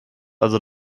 also